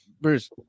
bruce